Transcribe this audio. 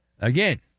Again